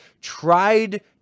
tried